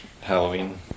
Halloween